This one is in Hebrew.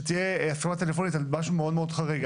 שתהיה הסכמה טלפונית על משהו מאוד מאוד חריג.